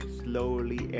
slowly